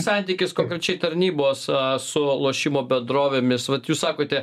santykis konkrečiai tarnybos su lošimo bendrovėmis vat jūs sakote